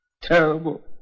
Terrible